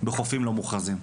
בחופים לא מוכרזים.